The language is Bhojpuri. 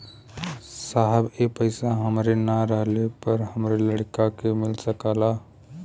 साहब ए पैसा हमरे ना रहले पर हमरे लड़का के मिल सकेला का?